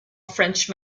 french